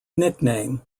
nickname